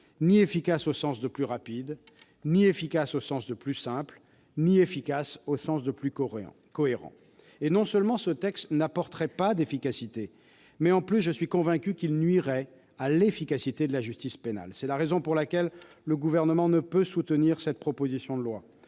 ni efficace au sens de « plus rapide », ni efficace au sens de « plus simple », ni efficace au sens de « plus cohérent ». Non seulement ce texte n'apporterait pas d'efficacité mais, de surcroît, j'en suis convaincu, il nuirait à l'efficacité de la justice pénale. C'est la raison pour laquelle le Gouvernement ne peut soutenir cette proposition de loi.